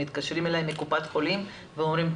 מתקשרים אלי מקופת ה חולים ואומרים לי